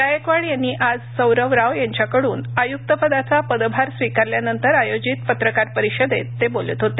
गायकवाड यांनी आज सौरव राव यांच्याकडून आयुक्तपदाचा पदभार स्वीकारल्यानंतर आयोजित पत्रकार परिषदेत ते बोलत होते